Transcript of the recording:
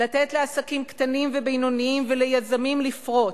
לתת לעסקים קטנים ובינוניים וליזמים לפרוץ.